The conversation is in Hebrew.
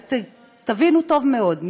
אז תבינו טוב מאוד,